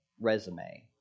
resume